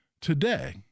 today